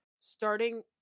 starting